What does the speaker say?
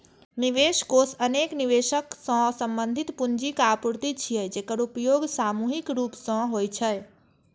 निवेश कोष अनेक निवेशक सं संबंधित पूंजीक आपूर्ति छियै, जेकर उपयोग सामूहिक रूप सं होइ छै